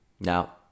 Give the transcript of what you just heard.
Now